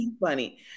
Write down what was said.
funny